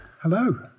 Hello